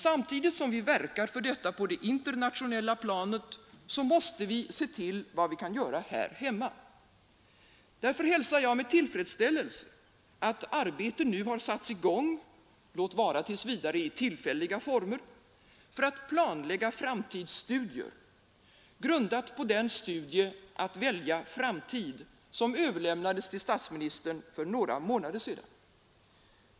Samtidigt som vi verkar för detta på det internationella planet måste vi se till vad vi kan göra här hemma. Därför hälsar jag med tillfredsställelse att arbete nu har satts i gång, låt vara tills vidare i tillfälliga former, för att planlägga framtidsstudier, grundat på den studie Att välja framtid som överlämnades till statsministern för några månader sedan.